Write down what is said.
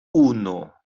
uno